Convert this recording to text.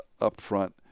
upfront